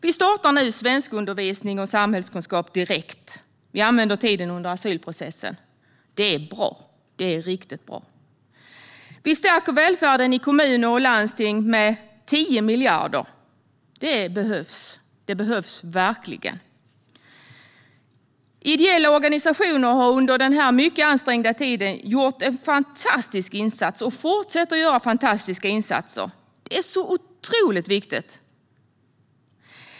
Vi startar nu svenskundervisning och utbildning i samhällskunskap direkt. Vi använder tiden under asylprocessen. Det är riktigt bra. Vi stärker välfärden i kommuner och landsting med 10 miljarder. Det behövs verkligen. Ideella organisationer har under denna mycket ansträngda tid gjort en fantastisk insats och fortsätter att göra fantastiska insatser. Det är otroligt viktigt.